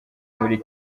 muri